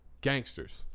gangsters